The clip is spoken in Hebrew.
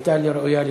הייתה ראויה לציון.